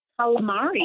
calamari